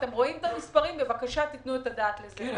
אתם רואים את המספרים, בבקשה, תנו את הדעת על זה.